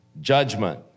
judgment